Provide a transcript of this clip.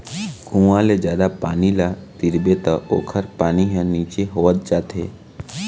कुँआ ले जादा पानी ल तिरबे त ओखर पानी ह नीचे होवत जाथे